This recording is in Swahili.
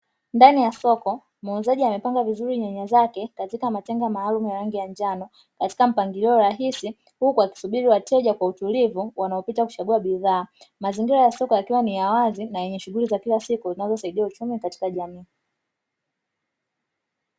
Ndani ya Soko, muuzaji amepanga vizuri nyanya zake katika matenga maalumu ya rangi ya njano katika mpangilio rahisi, huku akisubiri wateja kwa utulivu wanaopita kuchagua bidhaa, mazingira ya soko yakiwa ni ya wazi na yenye shughuli za kila siku zinazosaidia uchumi katika jamii.